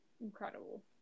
incredible